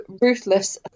ruthless